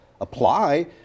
apply